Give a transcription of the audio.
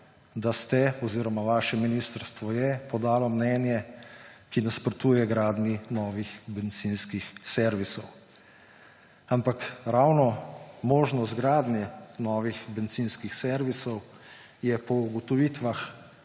da ste oziroma vaše ministrstvo je podalo mnenje, ki nasprotuje gradnji novih bencinskih servisov. Ampak ravno možnost gradnje novih bencinskih servisov je po ugotovitvah